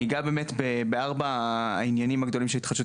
אני אגע בארבעת העניינים הגדולים של התחדשות